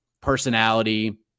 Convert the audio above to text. personality